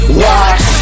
watch